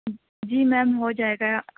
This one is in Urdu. جی میم ہو جائے گا